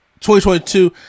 2022